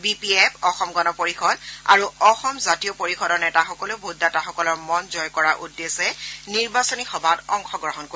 B P F Asom Gana Parishad আৰু অসম জাতীয় পৰিষদৰ নেতাসকলেও ভোটদাতাসকলৰ মন জয় কৰাৰ উদ্দেশ্যে নিৰ্বাচনী সভাত অংশগ্ৰহণ কৰিব